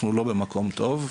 אנחנו לא במקום טוב,